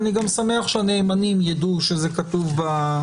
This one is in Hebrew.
אני גם שמח שהנאמנים ידעו שזה כתוב.